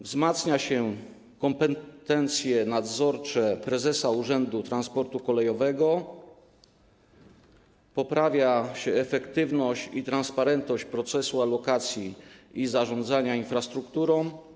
Wzmacnia się kompetencje nadzorcze prezesa Urzędu Transportu Kolejowego, poprawia się efektywność i transparentność procesu alokacji i zarządzania infrastrukturą.